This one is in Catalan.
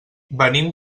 venim